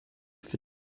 for